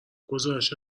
گزارش